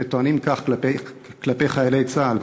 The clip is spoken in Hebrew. שטוענים כך כלפי חיילי צה"ל,